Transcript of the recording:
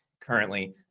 currently